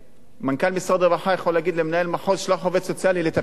מנכ"ל משרד הרווחה יכול להגיד למנהל מחוז: שלח עובד סוציאלי לטפל עכשיו.